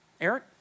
Eric